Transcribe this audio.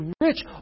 rich